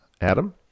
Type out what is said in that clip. Adam